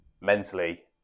mentally